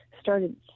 started